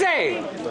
זה קורה.